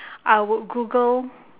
I would google